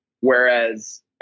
Whereas